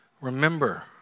remember